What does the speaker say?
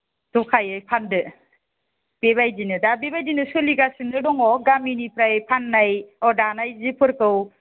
जखायै फानदो बेबायदिनो दा बेबायदिनो सलिगासिनो दङ गामिनिफ्राय फाननाय अ दानाय जिफोरखौ